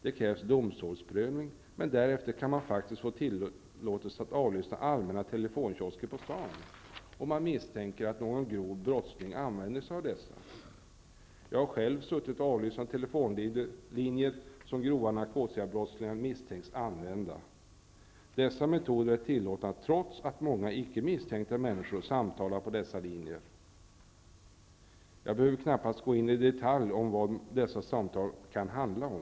Det krävs domstolsprövning, men därefter kan man faktiskt få tillåtelse att avlyssna allmänna telefonkiosker ute på staden om man misstänker att någon grov brottsling använder sig av dessa. Jag har själv suttit och avlyssnat telefonlinjer som grova narkotikabrottslingar misstänks använda. Dessa metoder är tillåtna, trots att många icke misstänkta människor samtalar på dessa linjer. Jag behöver knappast gå in i detalj på vad dessa samtal kan handla om.